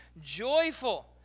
joyful